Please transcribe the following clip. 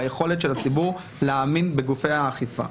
ביכולת של הציבור להאמין בגופי האכיפה.